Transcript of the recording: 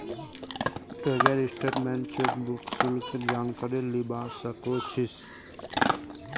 बैंकेर स्टेटमेन्टत चेकबुक शुल्केर जानकारी लीबा सक छी